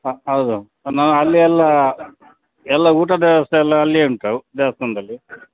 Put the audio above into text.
ಹಾಂ ಹೌದು ನಾನು ಅಲ್ಲಿ ಎಲ್ಲ ಎಲ್ಲ ಊಟದ ವ್ಯವಸ್ಥೆ ಎಲ್ಲ ಅಲ್ಲಿಯೇ ಉಂಟು ದೇವಸ್ಥಾನದಲ್ಲಿ